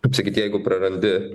kaip sakyt jeigu prarandi